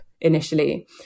initially